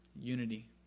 unity